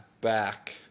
back